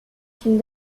films